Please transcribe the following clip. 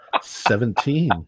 Seventeen